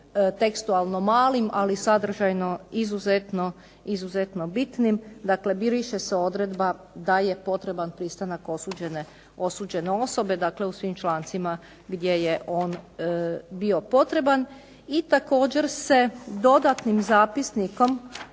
tekstualno malim, ali sadržajno izuzetno bitnim briše se odredba da je potreban pristanak osuđene osobe, u svim člancima gdje je on bio potreban. I također se dodatnim zapisnikom